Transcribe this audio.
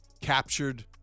captured